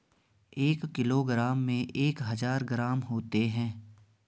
एक किलोग्राम में एक हजार ग्राम होते हैं